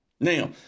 Now